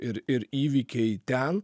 ir ir įvykiai ten